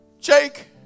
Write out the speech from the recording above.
Jake